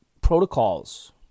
protocols